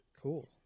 Cool